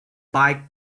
bike